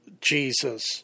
Jesus